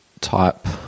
type